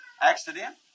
accident